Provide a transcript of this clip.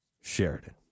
Sheridan